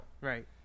Right